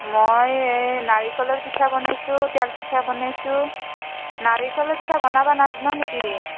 মই এই নাৰিকলৰ পিঠা বনাইছোঁ তেল পিঠা বনাইছোঁ নাৰিকলৰ পিঠা বনাবা নাজানা নেকি